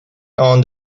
owned